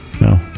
No